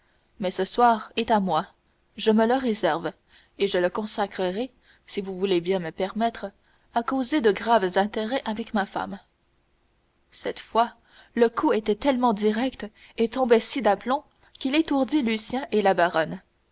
mais ce soir est à moi je me le réserve et je le consacrerai si vous voulez bien le permettre à causer de graves intérêts avec ma femme cette fois le coup était tellement direct et tombait si d'aplomb qu'il étourdit lucien et la baronne